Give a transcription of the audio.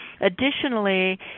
Additionally